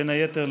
בין היתר,